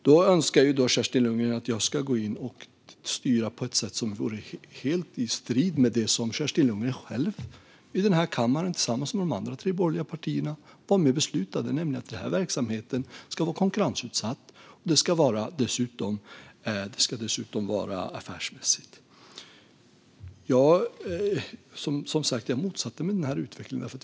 Då önskar Kerstin Lundgren att jag ska gå in och styra på ett sätt som vore helt i strid med det som Kerstin Lundgren själv, i denna kammare tillsammans med de tre andra borgerliga partierna, var med och beslutade om, nämligen att verksamheten ska vara konkurrensutsatt och dessutom affärsmässig. Jag motsatte mig som sagt den utvecklingen.